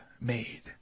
made